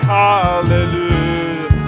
hallelujah